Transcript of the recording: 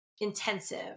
intensive